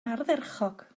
ardderchog